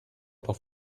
doch